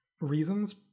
reasons